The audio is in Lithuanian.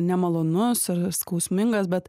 nemalonus ir skausmingas bet